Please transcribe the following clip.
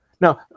Now